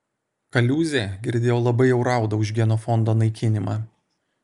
kaliūzė girdėjau labai jau rauda už genofondo naikinimą